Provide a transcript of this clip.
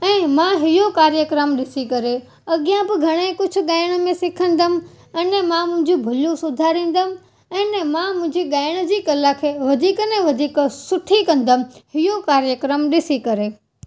ऐं मां इहो कार्यक्रम ॾिसी करे अॻियां बि घणे कुझु ॻाइण में सिखंदमि अञां मां मुंहिंजूं भुलियूं सुधारींदमि ऐं न मां मुंहिंजी ॻाइण जी कला खे वधीक न वधीक सुठी कंदमि इहो कार्यक्रम ॾिसी करे